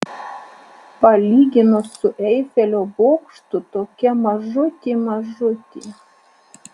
palyginus su eifelio bokštu tokia mažutė mažutė